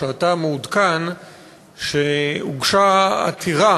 שאתה מעודכן שהוגשה עתירה